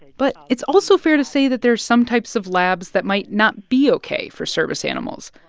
but it's also fair to say that there's some types of labs that might not be ok for service animals,